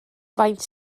faint